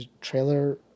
trailer